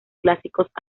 clásicos